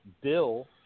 Bill